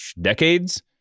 decades